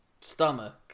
stomach